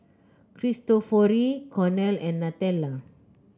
Cristofori Cornell and Nutella